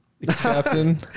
captain